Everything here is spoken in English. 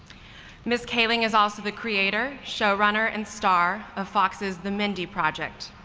ms. kaling is also the creator, show runner, and star of fox's the mindy project,